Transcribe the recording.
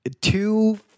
two